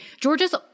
Georgia's